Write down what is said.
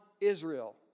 Israel